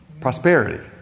Prosperity